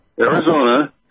Arizona